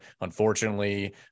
Unfortunately